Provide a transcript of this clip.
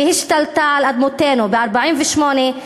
והשתלטה על אדמותינו ב-1948,